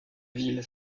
ville